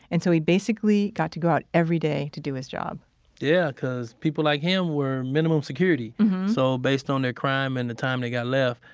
and so he basically got to go out every day to do his job yeah, cause people like him were minimum security mm-hmm so based on their crime and the time they got left,